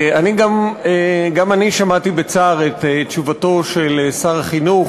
גם אני שמעתי בצער את תשובתו של שר החינוך,